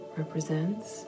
represents